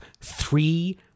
three